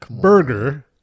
burger